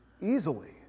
easily